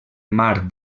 mar